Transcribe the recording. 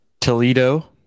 Toledo